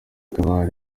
abari